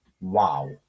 Wow